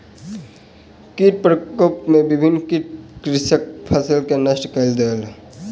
कीट प्रकोप में विभिन्न कीट कृषकक फसिल के नष्ट कय देलक